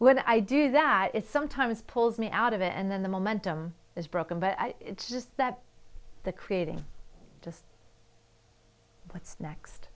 when i do that is sometimes pulls me out of it and then the momentum is broken but it's just that the creating just